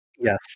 Yes